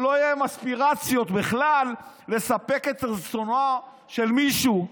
שלא יהיו להם אספירציות בכלל לספק את רצונו של מישהו,